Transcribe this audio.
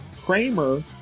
Kramer